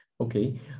Okay